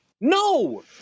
no